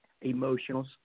emotional